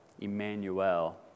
Emmanuel